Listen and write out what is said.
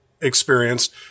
experienced